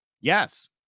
Yes